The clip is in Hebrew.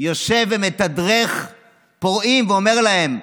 יושב ומתדרך פורעים ואומר להם,